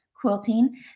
quilting